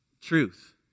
truth